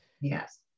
Yes